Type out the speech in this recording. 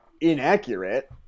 inaccurate